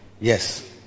Yes